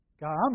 God